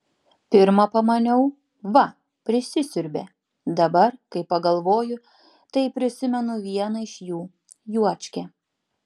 pirma pamaniau va prisisiurbė dabar kai pagalvoju tai prisimenu vieną iš jų juočkę